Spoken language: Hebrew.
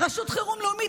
רשות חירום לאומית,